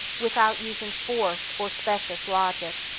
without using force or specious logic,